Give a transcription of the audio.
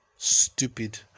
stupid